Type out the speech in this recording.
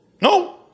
No